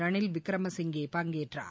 ரணில் விக்கிரமசிங்கே பங்கேற்றார்